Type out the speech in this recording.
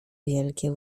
wielkie